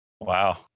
Wow